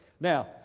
Now